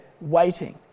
waiting